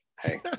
hey